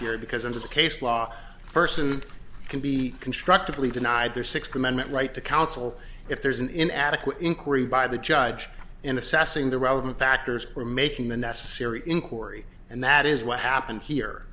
here because under the case law person can be constructively denied their sixth amendment right to counsel if there's an inadequate inquiry by the judge in assessing the relevant factors or making the necessary inquiry and that is what happened here